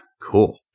cool